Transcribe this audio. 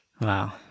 Wow